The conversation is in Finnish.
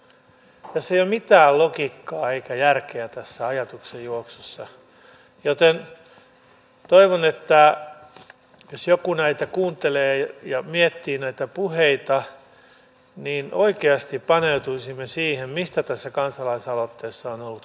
tässä ajatuksenjuoksussa ei ole mitään logiikkaa eikä järkeä joten toivon jos joku näitä puheita kuuntelee ja miettii että oikeasti paneutuisimme siihen mistä tässä kansalaisaloitteessa on ollut kysymys